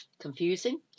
Confusing